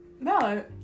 No